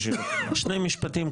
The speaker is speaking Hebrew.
שני משפטים,